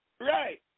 right